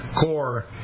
core